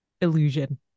illusion